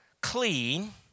clean